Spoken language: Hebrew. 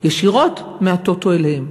ישירות מהטוטו אליהם.